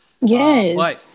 Yes